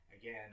again